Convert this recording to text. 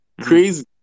Crazy